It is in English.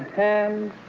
and